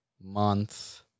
month